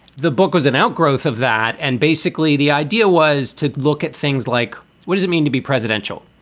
the book was an outgrowth of that. and basically the idea was to look at things like what does it mean to be presidential?